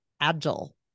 Agile